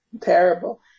Terrible